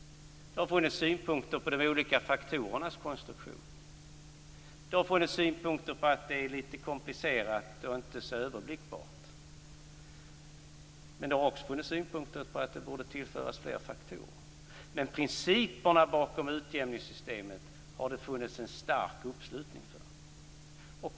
Det har funnits synpunkter på de olika faktorernas konstruktion. Det har funnits synpunkter på att det är lite komplicerat och inte så överblickbart. Det har också funnits synpunkter på att det borde tillföras fler faktorer. Men principerna bakom utjämningssystemet har det funnits en stark uppslutning för.